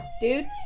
dude